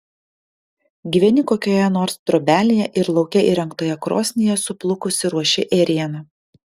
gyveni kokioje nors trobelėje ir lauke įrengtoje krosnyje suplukusi ruoši ėrieną